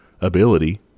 ability